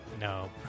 No